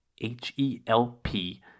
H-E-L-P